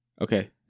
Okay